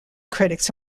critics